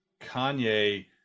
kanye